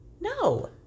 no